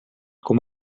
com